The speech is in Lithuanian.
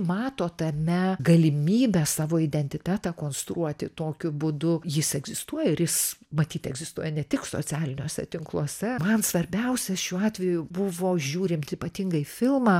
mato tame galimybę savo identitetą konstruoti tokiu būdu jis egzistuoja ir jis matyt egzistuoja ne tik socialiniuose tinkluose man svarbiausia šiuo atveju buvo žiūrint ypatingai filmą